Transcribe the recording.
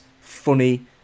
funny